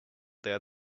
there